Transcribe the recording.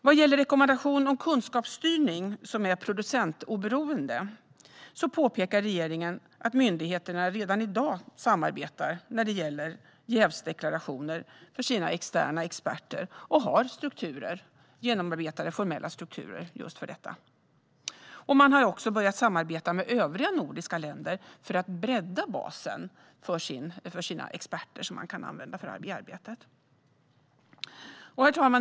Vad gäller rekommendation om kunskapsstyrning som är producentoberoende påpekar regeringen att myndigheterna redan i dag samarbetar när det gäller jävsdeklarationer för sina externa experter och har genomarbetade formella strukturer för detta. Man har också börjat samarbeta med övriga nordiska länder för att bredda basen med de experter som man kan använda för arbetet. Herr talman!